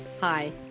Hi